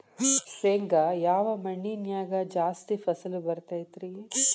ಶೇಂಗಾ ಯಾವ ಮಣ್ಣಿನ್ಯಾಗ ಜಾಸ್ತಿ ಫಸಲು ಬರತೈತ್ರಿ?